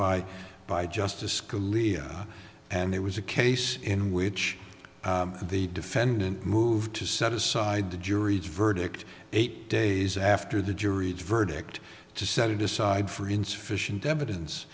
by by justice scalia and it was a case in which the defendant moved to set aside the jury's verdict eight days after the jury's verdict to set it aside for insufficient evidence